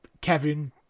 Kevin